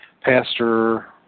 Pastor